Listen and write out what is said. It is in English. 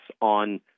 on